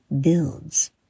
builds